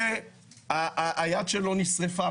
זה היד שלו נשרפה,